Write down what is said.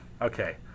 okay